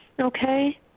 Okay